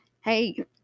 Hey